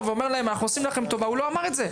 ואומר 'אנחנו עושים לכם טובה' הוא לא אמר את זה.